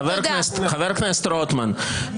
חבר הכנסת רוטמן,